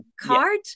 card